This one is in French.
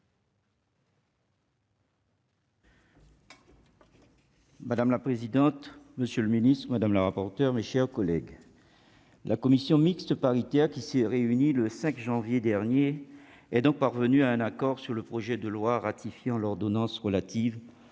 Madame la présidente, monsieur le secrétaire d'État, mes chers collègues, la commission mixte paritaire qui s'est réunie le 5 janvier dernier est donc parvenue à un accord sur le projet de loi ratifiant l'ordonnance relative aux modalités